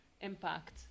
impact